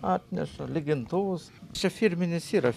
atneša lygintuvus čia firminis yra